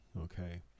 okay